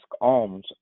alms